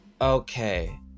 okay